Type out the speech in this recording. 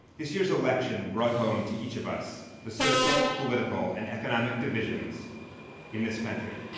this year's election brought home to each of us. the social, political and economic divisions in this country.